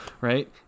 right